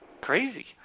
crazy